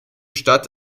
stadt